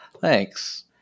Thanks